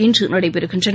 இன்றுநடைபெறுகின்றன